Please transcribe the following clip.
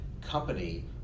company